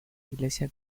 iglesia